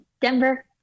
Denver